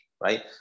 right